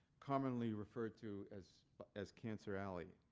commonly referred to as as cancer alley.